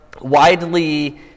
widely